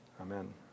Amen